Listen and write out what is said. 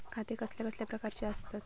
खाते कसल्या कसल्या प्रकारची असतत?